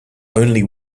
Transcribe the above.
only